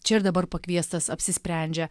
čia ir dabar pakviestas apsisprendžia